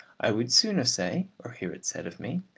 i would sooner say, or hear it said of me,